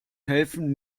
helfen